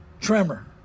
tremor